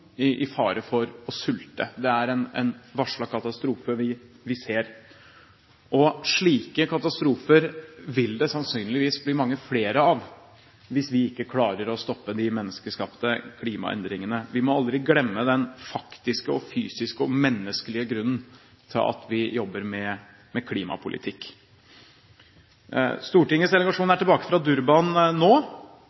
i fare for å sulte. Det er en varslet katastrofe vi ser. Slike katastrofer vil det sannsynligvis bli mange flere av hvis vi ikke klarer å stoppe de menneskeskapte klimaendringene. Vi må aldri glemme den faktiske og fysiske og menneskelige grunnen til at vi jobber med klimapolitikk. Stortingets delegasjon